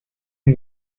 une